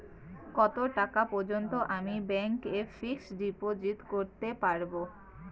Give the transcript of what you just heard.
কত টাকা পর্যন্ত আমি ব্যাংক এ ফিক্সড ডিপোজিট করতে পারবো?